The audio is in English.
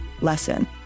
lesson